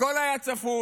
הכול היה צפוי,